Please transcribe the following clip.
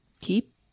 keep